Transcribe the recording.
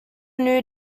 new